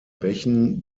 bächen